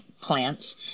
plants